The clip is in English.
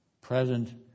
present